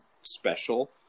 special